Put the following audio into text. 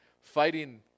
fighting